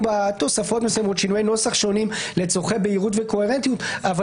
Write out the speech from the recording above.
בה תוספות ושינויי נוסח שונים לצורכי בהירות וקוהרנטיות אבל